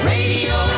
Radio